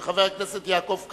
של חבר הכנסת יעקב כץ,